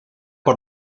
por